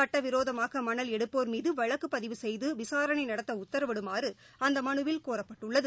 சுட்டவிரோதமாகமணல் எடுப்போா் மீதுவழக்குபதிவு செய்து விசாரணைநடத்தஉத்தரவிடுமாறுஅந்தமனுவில் கோரப்பட்டுள்ளது